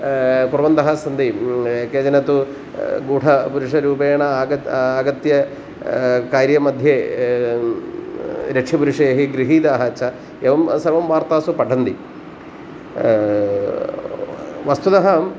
कुर्वन्तः सन्ति केचन तु गूढपुरुषरूपेण आगत्य आगत्य कार्यमध्ये रक्षपुरुषैः गृहीताः च एवं सर्वं वार्तासु पठन्ति वस्तुतः